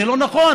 זה לא נכון.